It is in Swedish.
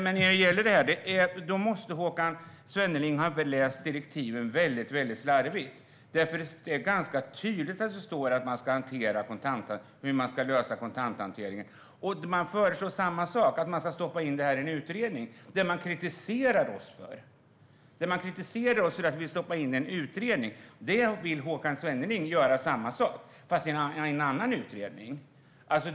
Håkan Svenneling måste dock ha läst de här direktiven väldigt slarvigt. Det står ganska tydligt hur kontanthanteringen ska lösas. Man föreslår samma sak, nämligen att man ska stoppa in det i en utredning. Det Håkan Svenneling kritiserar oss för, att vi stoppar in det i en utredning, vill han också göra, men i en annan utredning.